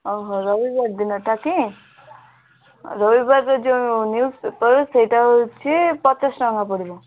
ରବିବାର ଦିନଟା କି ରବିବାର ଯେଉଁ ନ୍ୟୁଜ୍ ପେପର୍ ସେଇଟା ହେଉଛି ପଚାଶଟଙ୍କା ପଡ଼ିବ